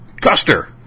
Custer